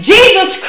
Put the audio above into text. Jesus